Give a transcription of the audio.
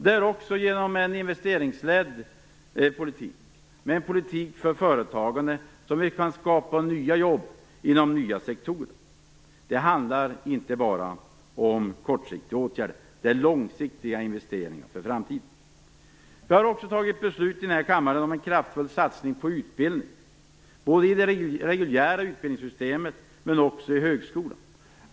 Det är också genom en investeringsledd politik, en politik för företagande, som vi kan skapa nya jobb inom nya sektorer. Det handlar inte bara om kortsiktiga åtgärder. Det är långsiktiga investeringar för framtiden. Vi har här i kammaren också fattat beslut om en kraftfull satsning på utbildning, både i det reguljära utbildningssystemet och i högskolan.